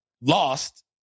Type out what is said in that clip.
lost